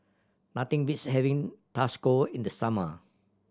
nothing beats having in the summer